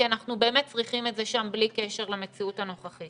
כי אנחנו באמת צריכים את זה שם בלי קשר למציאות הנוכחית.